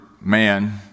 man